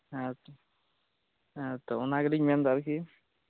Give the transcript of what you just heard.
ᱦᱮᱸ ᱛᱚ ᱦᱮᱸ ᱛᱚ ᱚᱱᱟ ᱜᱤᱞᱤᱧ ᱢᱮᱱ ᱮᱫᱟ ᱟᱨᱠᱤ